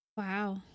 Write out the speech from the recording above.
wow